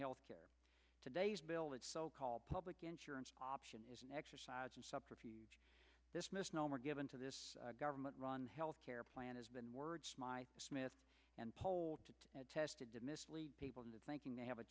health care today's bill that so called public insurance option is an exercise in subterfuge this misnomer given to this government run health care plan has been word smith and poll tested to mislead people into thinking they have a